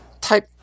type